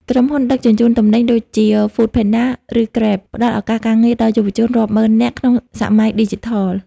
ក្រុមហ៊ុន ដឹកជញ្ជូនទំនិញ ដូចជា Foodpanda ឬ Grab ផ្ដល់ឱកាសការងារដល់យុវជនរាប់ម៉ឺននាក់ក្នុងសម័យឌីជីថល។